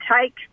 take